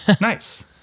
Nice